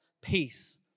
peace